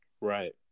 Right